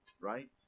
right